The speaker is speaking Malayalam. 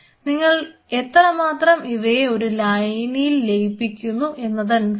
നിങ്ങൾ എത്രമാത്രം ഇവയെ ഒരു ലായനിയിൽ ലയിപ്പിക്കുന്നു എന്നതനുസരിച്ച്